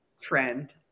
trend